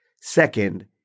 Second